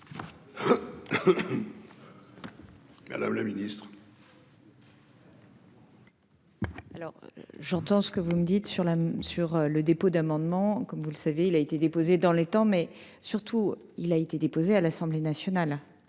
Mme la ministre.